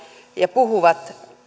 ja puhuvat